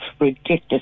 Ridiculous